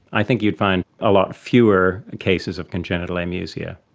i think you'd find a lot fewer cases of congenital amusia.